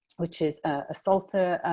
which is a psalter,